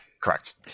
correct